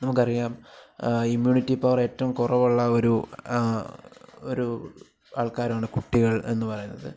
നമുക്കറിയാം ഇമ്മ്യൂണിറ്റി പവറേറ്റവും കുറവുള്ള ഒരു ഒരു ആള്ക്കാരാണ് കുട്ടികള് എന്നുപറയുന്നത്